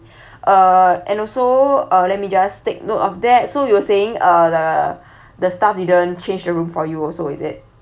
uh and also uh let me just take note of that so you were saying uh the the staff didn't change the room for you also is it